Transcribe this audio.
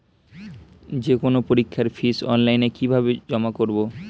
যে কোনো পরীক্ষার ফিস অনলাইনে কিভাবে জমা করব?